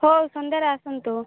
ହଉ ସନ୍ଧ୍ୟାରେ ଆସନ୍ତୁ